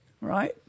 Right